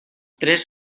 tres